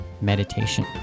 meditation